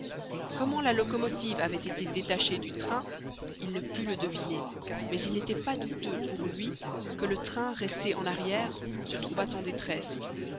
comment la locomotive avait été détachée du train il ne put le deviner mais il n'était pas douteux pour lui que le train resté en arrière se trouvât en détresse